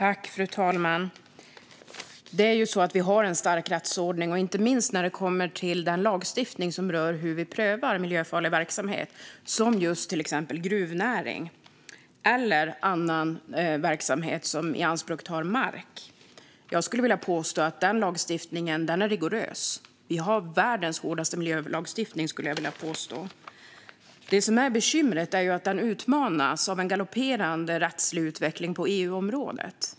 Fru talman! Vi har en stark rättsordning, inte minst när det kommer till den lagstiftning som rör hur vi prövar miljöfarlig verksamhet, som till exempel just gruvnäring eller annan verksamhet som ianspråktar mark. Jag skulle vilja påstå att den lagstiftningen är rigorös och att vi har världens hårdaste miljölagstiftning. Det som är bekymret är att den utmanas av en galopperande rättslig utveckling på EU-området.